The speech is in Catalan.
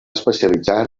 especialitzar